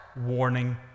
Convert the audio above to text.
warning